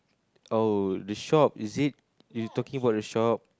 oh the shop is it you talking about the shop